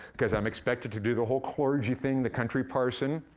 cause i'm expected to do the whole clergy thing, the country parson.